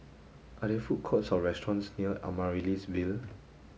are there food courts or restaurants near Amaryllis Ville